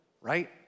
right